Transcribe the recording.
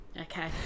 okay